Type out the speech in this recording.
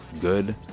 good